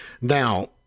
Now